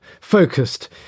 focused